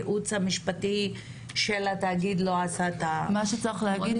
הייעוץ המשפטי לא עשה את ה --- מה שצריך להגיד,